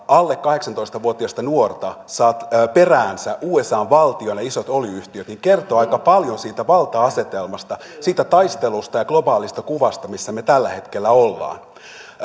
alle kahdeksantoista vuotiasta nuorta saa peräänsä usan valtion ja isot öljy yhtiöt kertoo aika paljon siitä valta asetelmasta siitä taistelusta ja globaalista kuvasta missä me tällä hetkellä olemme